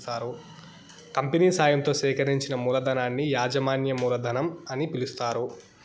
company సాయంతో సేకరించిన మూలధనాన్ని యాజమాన్య మూలధనం అని పిలుస్తారు